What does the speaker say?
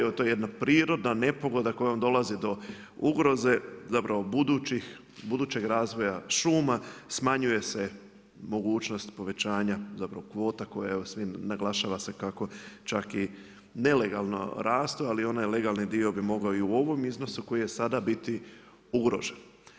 Evo to je jedna prirodna nepogoda kojom dolazi do ugroze, zapravo budućeg razvoja šuma, smanjuje se mogućnost povećanja, zapravo kvota koja je u svim, naglašava se kako čak i nelegalno rastu, ali onaj legalni dio bi mogao i u ovom iznosu koji je sada biti ugrožen.